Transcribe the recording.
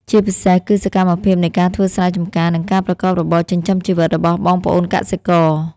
ជាពិសេសគឺសកម្មភាពនៃការធ្វើស្រែចម្ការ និងការប្រកបរបរចិញ្ចឹមជីវិតរបស់បងប្អូនកសិករ។